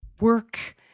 work